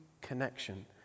connection